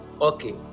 Okay